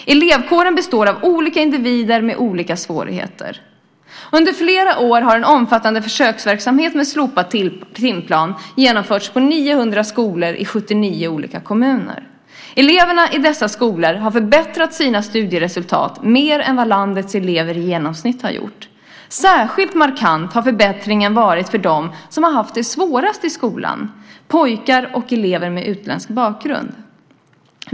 Elevkåren består av olika individer som har olika svårigheter. Under flera år har en omfattande försöksverksamhet med slopad timplan genomförts på 900 skolor i 79 olika kommuner. Eleverna i dessa skolor har förbättrat sina studieresultat mer än vad landets elever i genomsnitt har gjort. Särskilt markant har förbättringen varit för dem som har haft det svårast i skolan - pojkar och elever med utländsk bakgrund.